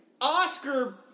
Oscar